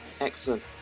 Excellent